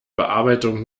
bearbeitung